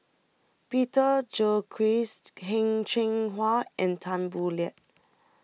Peter Gilchrist Heng Cheng Hwa and Tan Boo Liat